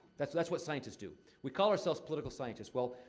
that's that's what scientists do. we call ourselves political scientists. well,